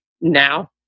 now